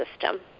system